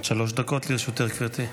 בבקשה, עד שלוש דקות לרשותך, גברתי.